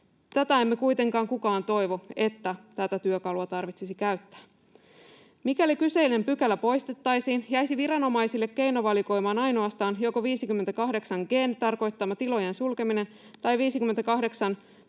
Emme kuitenkaan kukaan toivo, että tätä työkalua tarvitsisi käyttää. Mikäli kyseinen pykälä poistettaisiin, jäisi viranomaisille keinovalikoimaan ainoastaan joko 58 g §:n tarkoittama tilojen sulkeminen tai 58